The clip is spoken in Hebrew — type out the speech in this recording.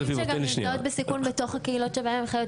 אנחנו מדברות על נשים שגם נמצאות בסיכון בתוך הקהילות שבהן הן חיות.